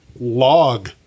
Log